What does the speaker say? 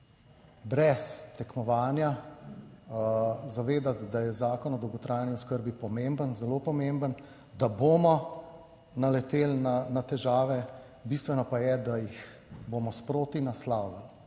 brez tekmovanja zavedati, da je Zakon o dolgotrajni oskrbi pomemben, zelo pomemben, da bomo naleteli na težave. Bistveno pa je, da jih bomo sproti naslavljali